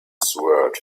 sword